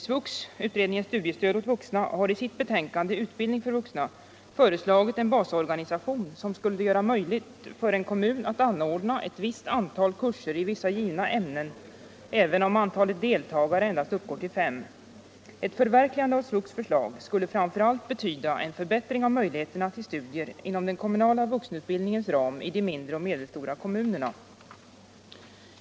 SVUX — utredningen om studiestöd åt vuxna — har i sitt betänkande Utbildning för vuxna föreslagit en basorganisation som skulle göra det möjligt för en kommun att anordna ett visst antal kurser i vissa givna ämnen även om antalet deltagare endast uppgår till fem. Ett förverkligande av SVUX:s förslag skulle framför allt betyda en förbättring av möjligheterna till studier inom den kommunala vuxenutbildningens ram i de mindre och medelstora kommunerna.